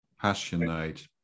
passionate